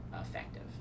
effective